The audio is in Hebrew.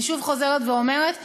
אני שוב חוזרת ואומרת שאני,